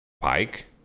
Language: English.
Pike